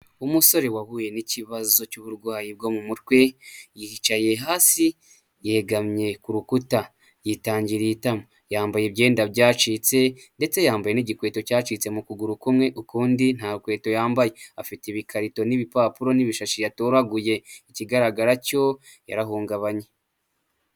Umusore wahuye n'ikibazo cy'uburwayi bwo mu mutwe, yicaye hasi yegamye ku rukuta yitangiriye itama. Yambaye ibyenda byacitse ndetse yambaye n'igikweto cyacitse mu kuguru kumwe, ukundi nta nkweto yambaye. Afite ibikarito n'ibipapuro n'ibishashi yatoraguye, ikigaragara cyo yarahungabanye.